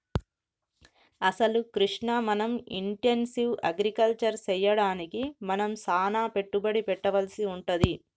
అసలు కృష్ణ మనం intensive agriculture సెయ్యడానికి మనం సానా పెట్టుబడి పెట్టవలసి వుంటది